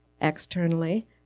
externally